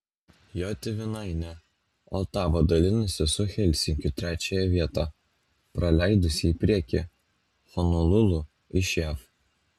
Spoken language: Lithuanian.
jo tėvynainė otava dalinasi su helsinkiu trečiąją vietą praleidusi į priekį honolulu iš jav